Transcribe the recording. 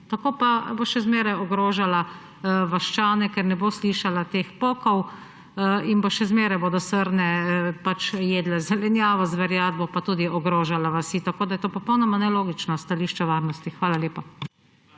Tako pa bo še zmeraj ogrožala vaščane, ker ne bo slišala teh pokov in bodo še zmeraj srne jedle zelenjavo, zverjad bo pa tudi ogrožala vasi. Tako da je to popolnoma nelogično s stališča varnosti. Hvala lepa.